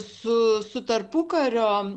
su su tarpukario